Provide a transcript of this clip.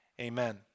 Amen